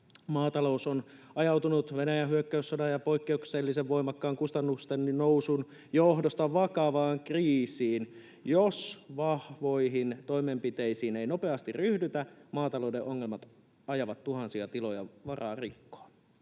”Maatalous on ajautunut Venäjän hyökkäyssodan ja poikkeuksellisen voimakkaan kustannusten nousun johdosta vakavaan kriisiin. Jos vahvoihin toimenpiteisiin ei nopeasti ryhdytä, maatalouden ongelmat ajavat tuhansia tiloja vararikkoon.”